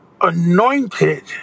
anointed